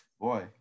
boy